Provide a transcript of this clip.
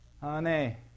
honey